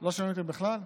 לא שומעים אותי בכלל?